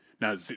now